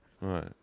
right